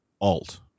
alt